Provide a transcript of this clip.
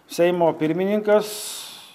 seimo pirmininkas